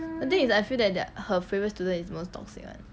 the thing is I feel that that her favourite student is most toxic [one]